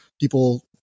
people